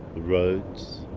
roads.